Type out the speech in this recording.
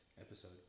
episode